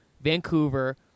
Vancouver